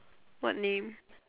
what name